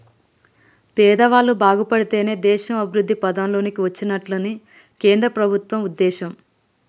పేదవాళ్ళు బాగుపడితేనే దేశం అభివృద్ధి పథం లోకి వచ్చినట్లని కేంద్ర ప్రభుత్వం ఉద్దేశం